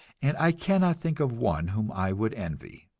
and i cannot think of one whom i would envy.